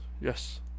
yes